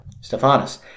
Stephanus